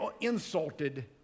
insulted